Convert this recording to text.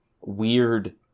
weird